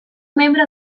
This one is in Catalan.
membre